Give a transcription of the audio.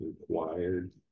required